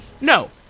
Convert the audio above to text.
no